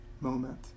moment